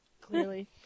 clearly